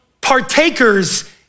partakers